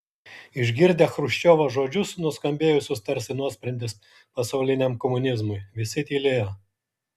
išgirdę chruščiovo žodžius nuskambėjusius tarsi nuosprendis pasauliniam komunizmui visi tylėjo